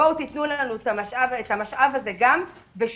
בואו תתנו לנו את המשאב הזה גם ושהם